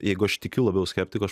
jeigu aš tikiu labiau skeptiku aš